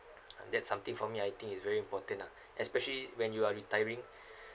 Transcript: and that's something for me I think it's very important lah especially when you are retiring